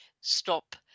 stop